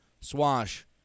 Swash